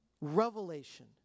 Revelation